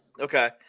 Okay